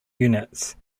units